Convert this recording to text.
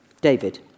David